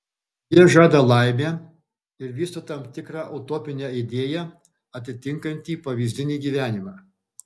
jie žada laimę ir vysto tam tikrą utopinę idėją atitinkantį pavyzdinį gyvenimą